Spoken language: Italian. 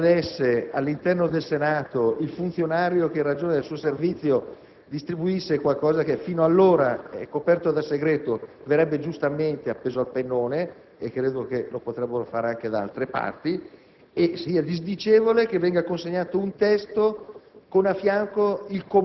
Credo che se ciò accadesse all'interno del Senato, se cioè un funzionario, in ragione del suo servizio, distribuisse qualcosa fino allora coperto da segreto, verrebbe giustamente appeso al pennone (e credo potrebbero farlo anche altrove). Inoltre, trovo disdicevole che venga consegnato un testo